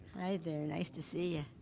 hi there, nice to see yah.